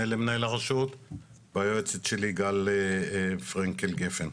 למנהל הרשות והיועצת של גל פרנקל גפן.